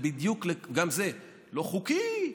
גם זה: לא חוקי.